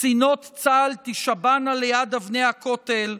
קצינות צה"ל תישבענה ליד אבני הכותל,